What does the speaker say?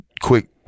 quick